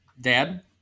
Dad